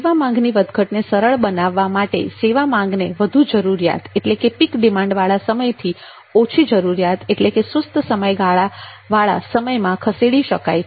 સેવા માંગની વધઘટને સરળ બનાવવા માટે સેવા માંગને વધુ જરૂરિયાત પીક ડિમાન્ડવાળા સમયથી ઓછી જરૂરિયાતવાળા સુસ્ત સમયગાળા સમયમાં ખસેડી શકાય છે